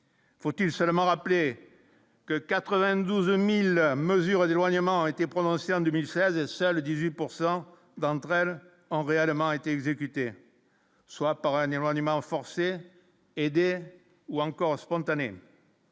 Faut-il seulement rappeler que 92000 mesures d'éloignement été prononcée en 2016 et seuls 18 pourcent d'entre elles ont réellement été exécutés, soit par un éloignement forcé aidés ou encore spontanée.